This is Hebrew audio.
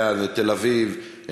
תל-אביב,